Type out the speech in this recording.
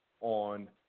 on